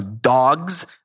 dogs